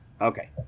Okay